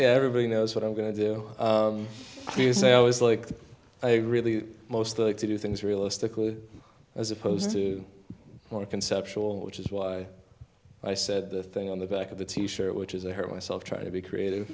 that everybody knows what i'm going to do you say i was like i really most like to do things realistically as opposed to more conceptual which is why i said the thing on the back of the t shirt which is i heard myself try to be creative